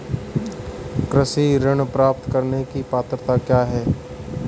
कृषि ऋण प्राप्त करने की पात्रता क्या है?